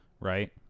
Right